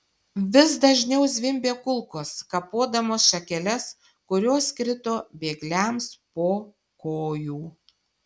vis dažniau zvimbė kulkos kapodamos šakeles kurios krito bėgliams po kojų